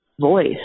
voice